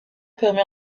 permet